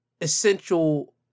essential